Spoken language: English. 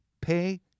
pay